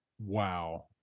Wow